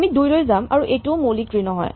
আমি ২ লৈ যাম আৰু এইটোও মৌলিক ট্ৰী নহয়